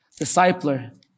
discipler